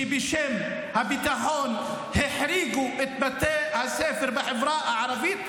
כי בשם הביטחון החריגו את בתי הספר בחברה הערבית,